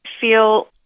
feel